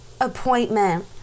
appointment